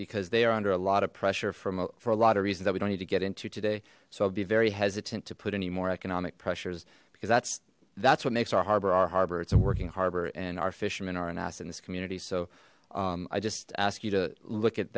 because they are under a lot of pressure from for a lot of reasons that we don't need to get into today so i would be very hesitant to put any more economic pressures because that's that's what makes our harbor our harbor it's and working harbor and our fishermen are an asset in this community so i just ask you to look at